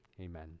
Amen